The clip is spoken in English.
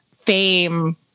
fame